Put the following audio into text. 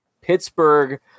Pittsburgh